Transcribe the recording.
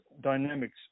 dynamics